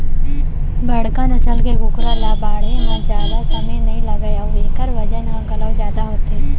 बड़का नसल के कुकरा ल बाढ़े म जादा समे नइ लागय अउ एकर बजन ह घलौ जादा होथे